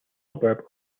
suburb